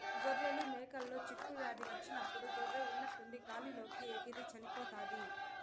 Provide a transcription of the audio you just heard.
గొర్రెలు, మేకలలో చిటుకు వ్యాధి వచ్చినప్పుడు గొర్రె ఉన్నట్టుండి గాలి లోకి ఎగిరి చనిపోతాది